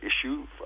issue